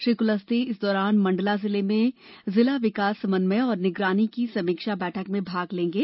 श्री कुलस्ते इस दौरान मंडला जिले में जिला विकास समन्वय और निगरानी की समीक्षा बैठक में भाग लेंगे